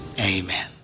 Amen